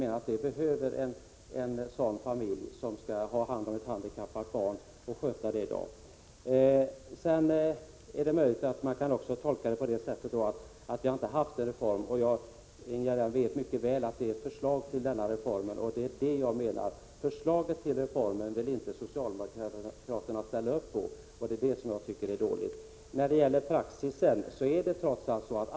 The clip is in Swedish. Den summan behöver enligt vår mening en familj som skall ha hand om och sköta ett handikappat barn. Vad beträffar stödet till efterlevande föräldrar kan man naturligtvis hävda att vi inte har genomfört någon sådan reform och alltså inte kan frångå den. Jag vet mycket väl, Ingegerd Elm, att det är förslag som vi har haft att ta ställning till. Men förslaget till en sådan reform vill socialdemokraterna inte ställa upp på. Det är detta som jag tycker är dåligt. Så till frågan om försäkringskassornas praxis.